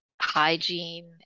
hygiene